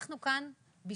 אנחנו כאן בשבילכם.